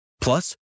Plus